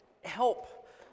help